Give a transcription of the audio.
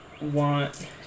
want